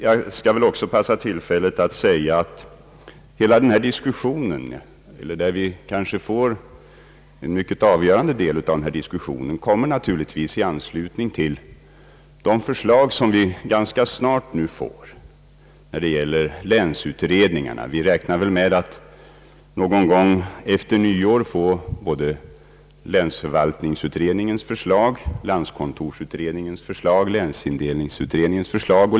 Jag skall också passa på tillfället att säga att en mycket avgörande del av denna diskussion naturligtvis kommer i anslutning till de förslag som vi nu ganska snart får från länsutredningarna. Vi räknar med att någon gång efter nyår få både länsförvaltningsutredningens, landskontorsutredningens och länsindelningsutredningens förslag.